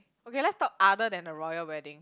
okay let's talk other than the royal wedding